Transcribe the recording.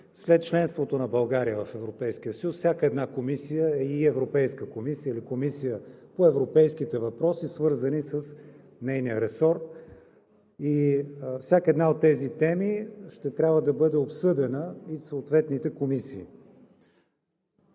след членството на България в Европейския съюз всяка една комисия и европейска комисия или Комисия по европейските въпроси, свързани с нейния ресор, всяка една от тези теми ще трябва да бъде обсъдена в съответните комисии.